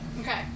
Okay